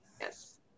Yes